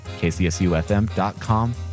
kcsufm.com